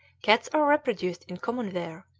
cats are reproduced in common ware,